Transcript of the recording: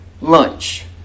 Lunch